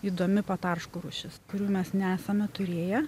įdomi patarškų rūšis kurių mes nesame turėję